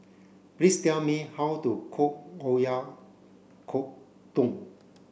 please tell me how to cook Oyakodon